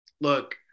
look